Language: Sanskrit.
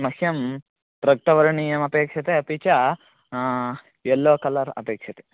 मह्यं रक्तवर्णीयमपेक्षते अपि च येल्लो कल्लर् अपेक्षते